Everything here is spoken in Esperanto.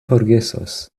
forgesos